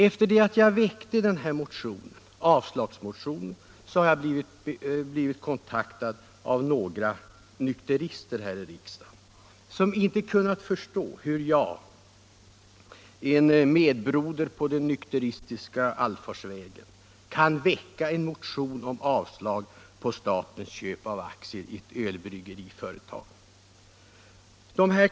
Efter det att jag hade väckt avslagsmotionen blev jag kontaktad av några nykterister i riksdagen som inte kunde förstå hur jag, en medbroder på den nykteristiska allfarvägen, kunde väcka en motion om avslag på statens köp av aktier i ett ölbryggeriföretag.